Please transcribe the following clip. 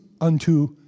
unto